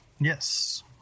Yes